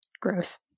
Gross